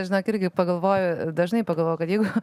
žinok irgi pagalvoju dažnai pagalvoju kad jeigu